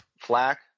flack